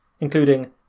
including